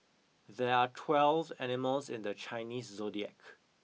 there are twelve animals in the Chinese zodiac